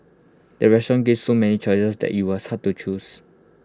the restaurant gave so many choices that IT was hard to choose